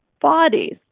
bodies